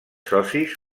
socis